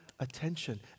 Attention